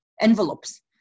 envelopes